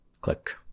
Click